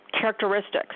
characteristics